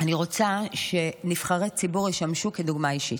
אני רוצה שנבחרי ציבור ישמשו דוגמה אישית.